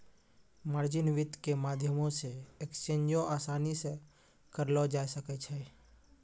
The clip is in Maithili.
मार्जिन वित्त के माध्यमो से एक्सचेंजो असानी से करलो जाय सकै छै